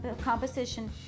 composition